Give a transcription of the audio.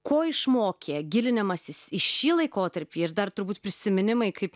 ko išmokė gilinimasis į šį laikotarpį ir dar turbūt prisiminimai kaip